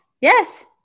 Yes